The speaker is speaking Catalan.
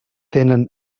tenen